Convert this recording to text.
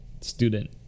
student